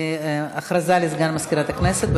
הודעה לסגן מזכירת הכנסת.